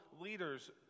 leaders